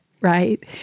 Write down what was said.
right